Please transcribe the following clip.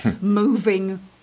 moving